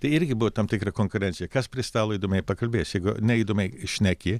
tai irgi buvo tam tikra konkurencija kas prie stalo įdomiai pakalbės jeigu ne įdomiai šneki